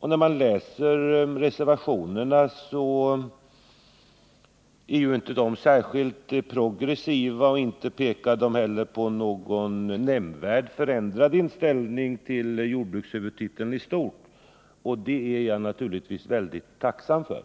Och reservationerna är inte särskilt progressiva. De pekar inte heller på någon nämnvärt förändrad inställning till jordbrukshuvudtiteln i stort, och det är jag naturligtvis mycket tacksam för.